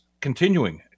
continuing